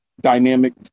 dynamic